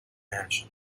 mansion